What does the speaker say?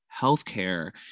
healthcare